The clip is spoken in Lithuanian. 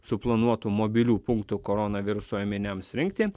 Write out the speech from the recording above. suplanuotų mobilių punktų koronaviruso ėminiams rinkti